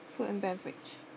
food and beverage